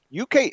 UK